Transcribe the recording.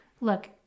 look